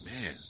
man